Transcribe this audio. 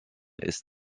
ist